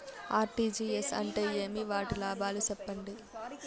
RTGS అంటే ఏమి? వాటి లాభాలు సెప్పండి?